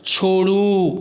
छोड़ू